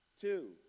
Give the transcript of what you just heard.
Two